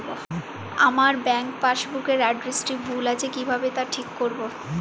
আমার bank passbook এর এড্রেসটি ভুল আছে কিভাবে তা ঠিক করবো?